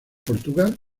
portugal